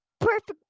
Perfect